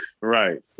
right